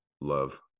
love